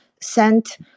sent